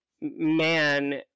man